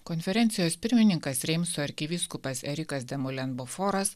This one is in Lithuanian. konferencijos pirmininkas reimso arkivyskupas erikas de molen boforas